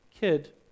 kid